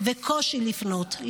וקושי לפנות,